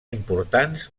importants